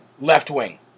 left-wing